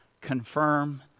confirm